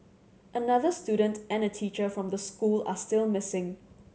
another student and a teacher from the school are still missing